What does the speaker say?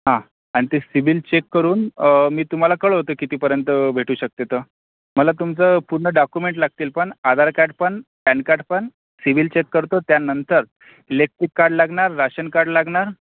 हां आणि ते सिबिल चेक करून मी तुम्हाला कळवतो कितीपर्यंत भेटू शकते तर मला तुमचं पूर्ण डॉकुमेंट लागतील पण आधार काड पण पॅन काड पण सिबिल चेक करतो त्यानंतर इलेक्ट्रिक काड लागणार राशन काड लागणार